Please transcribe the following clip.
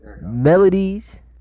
melodies